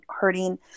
hurting